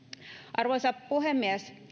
arvoisa puhemies